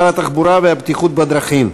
שר התחבורה והבטיחות בדרכים.